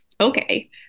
okay